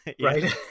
Right